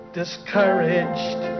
discouraged